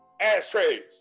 Ashtrays